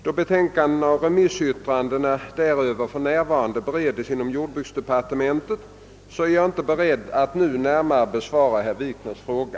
Då betänkandena och remissyttranden däröver för närvarande bereds inom jordbruksdepartementet är jag inte beredd att nu närmare besvara herr Wikners fråga.